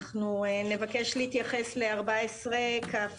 אנחנו נבקש להתייחס לסעיף 14 כה.